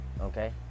Okay